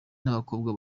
n’abakobwa